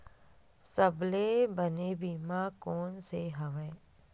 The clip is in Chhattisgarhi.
सबले बने बीमा कोन से हवय?